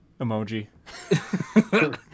emoji